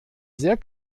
sehr